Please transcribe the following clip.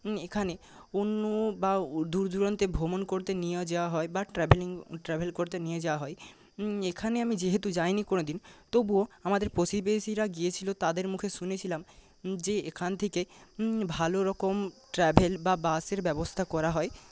এখানে অন্য বা দূরদূরান্তে ভ্রমণ করতে নিয়ে যাওয়া হয় বা ট্র্যাভেলিং ট্র্যাভেল করতে নিয়ে যাওয়া হয় এখানে আমি যেহেতু যাইনি কোনোদিন তবুও আমাদের প্রতিবেশীরা গিয়েছিল তাদের মুখে শুনেছিলাম যে এখান থেকে ভালোরকম ট্র্যাভেল বা বাসের ব্যবস্থা করা হয়